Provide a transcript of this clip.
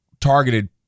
targeted